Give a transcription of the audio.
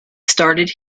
started